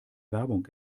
werbung